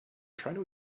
trying